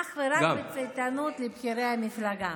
אך ורק בצייתנות לבכירי המפלגה.